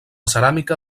ceràmica